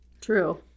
true